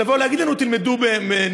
לבוא להגיד לנו: תלמדו במעורב.